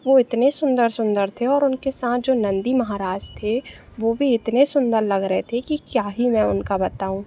वो इतने इतने सुन्दर थे और उसके साथ जो नंदी महराज थे वो भी इतने सुन्दर लग रहे थे कि क्या ही मैं उनका बताऊं